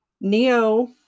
Neo